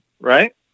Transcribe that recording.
right